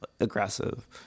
aggressive